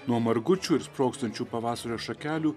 nuo margučių ir sprogstančių pavasario šakelių